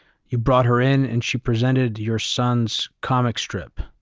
you brought her in and she presented your son's comic strip,